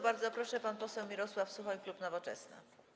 Bardzo proszę, pan poseł Mirosław Suchoń, klub Nowoczesna.